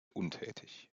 untätig